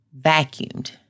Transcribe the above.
vacuumed